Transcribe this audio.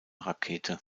rakete